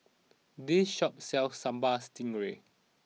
this shop sells Sambal Stingray